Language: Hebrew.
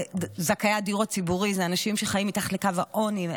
זכאי הדיור הציבורי הם אנשים שחיים מתחת לקו העוני.